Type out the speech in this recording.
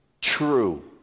true